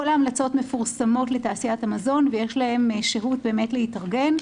כל ההמלצות מפורסמות לתעשיית המזון ויש להם שהות להתארגן.